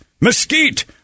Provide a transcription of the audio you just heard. mesquite